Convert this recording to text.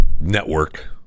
network